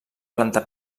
planta